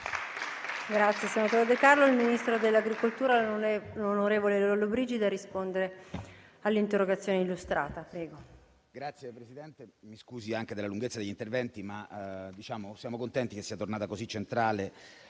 foreste*. Signor Presidente, mi scusi anche dalla lunghezza degli interventi, ma siamo contenti che sia tornata così centrale